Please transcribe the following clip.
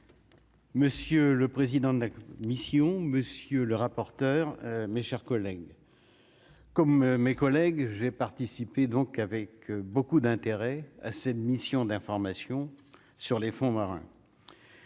Monsieur le président de la mission, monsieur le rapporteur, mes chers collègues, comme mes collègues, j'ai participé donc avec beaucoup d'intérêt à cette mission d'information sur les fonds marins.